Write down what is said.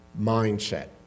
mindset